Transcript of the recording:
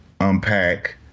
unpack